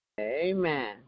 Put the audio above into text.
Amen